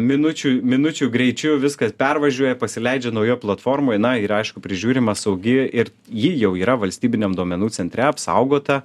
minučių minučių greičiu viskas pervažiuoja pasileidžia naujoj platformoj na ir aišku prižiūrima saugi ir ji jau yra valstybiniam duomenų centre apsaugota